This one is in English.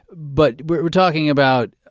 but we're talking about,